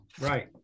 Right